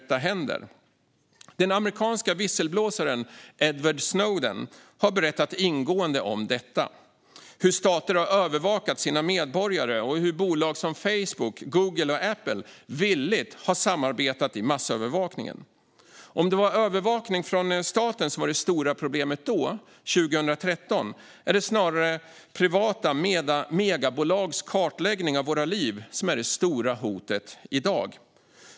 Den amerikanske visselblåsaren Edward Snowden har ingående berättat om detta, om hur stater övervakat sina medborgare och hur bolag som Facebook, Google och Apple villigt har samarbetat i massövervakningen. Om det var övervakning från staten som 2013 var det stora problemet är det snarare privata megabolags kartläggning av våra liv som i dag är det stora hotet.